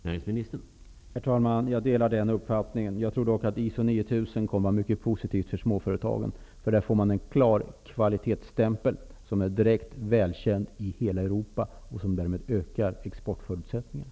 Herr talman! Jag delar den uppfattningen. Jag tror dock att ISO 9000 kommer att vara mycket positivt för småföretagen. Genom det får man en klar kvalitetsstämpel, som är välkänd i hela Europa och därmed ökar exportförutsättningarna.